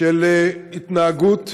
של התנהגות